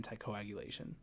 anticoagulation